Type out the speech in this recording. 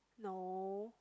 no